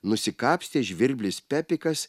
nusikapstė žvirblis pepikas